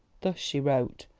thus she wrote.